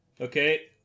Okay